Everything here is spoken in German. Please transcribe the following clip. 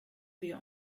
wir